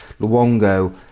Luongo